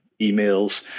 emails